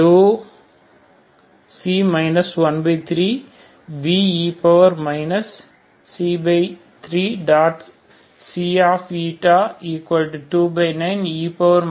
C29e 3